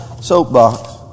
soapbox